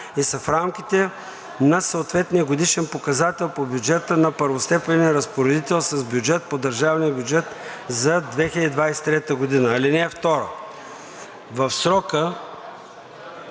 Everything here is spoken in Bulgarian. и са в рамките на съответния годишен показател по бюджета на първостепенния разпоредител с бюджет по държавния бюджет за 2023 г. (2) В срока